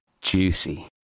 juicy